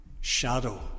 shadow